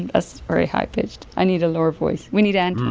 and ah so very high-pitched. i need a lower voice. we need and